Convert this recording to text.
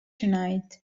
tonight